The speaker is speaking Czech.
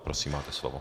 Prosím, máte slovo.